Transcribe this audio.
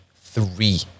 three